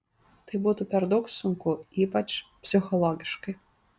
tai būtų per daug sunku ypač psichologiškai